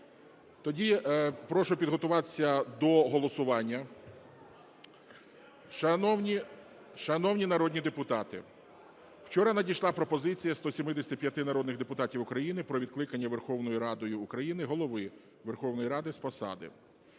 Тоді прошу підготуватися до голосування. Шановні народні депутати, вчора надійшла пропозиція 175 народних депутатів України про відкликання Верховною Радою України Голови Верховної Ради з посади.